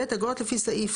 (ב) אגרות לפי סעיף